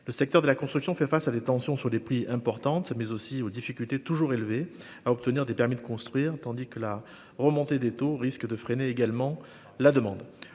le secteur de la construction fait face à des tensions sur les prix importante mais aussi aux difficultés toujours élevé à obtenir des permis de construire, tandis que la remontée des taux risque de freiner également la demande,